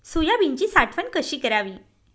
सोयाबीनची साठवण कशी करावी?